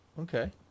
Okay